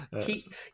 Keep